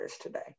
today